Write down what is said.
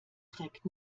trägt